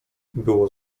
było